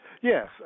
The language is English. Yes